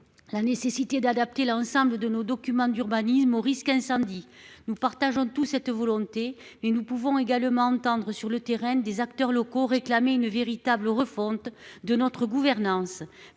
La nécessité d'adapter l'ensemble de nos documents d'urbanisme au risque incendie. Nous partageons tous cette volonté et nous pouvons également entendre sur le terrain des acteurs locaux réclamer une véritable refonte de notre gouvernance